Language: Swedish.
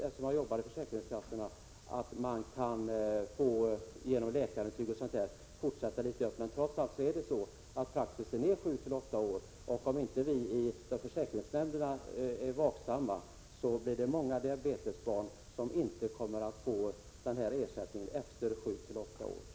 Eftersom jag arbetar inom försäkringskassan vet jag att man t.ex. på grund av läkarintyg kan få förlängd ersättning. Om vi inte är vaksamma i försäkringsnämnderna, kommer många barn med diabetes inte att få denna ersättning efter 7—8 år.